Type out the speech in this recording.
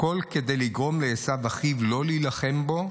הכול כדי לגרום לעשו אחיו לא להילחם בו.